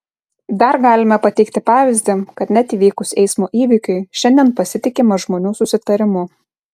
dar galime pateikti pavyzdį kad net įvykus eismo įvykiui šiandien pasitikima žmonių susitarimu